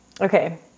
Okay